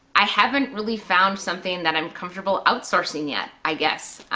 i haven't really found something that i'm comfortable outsourcing yet i guess.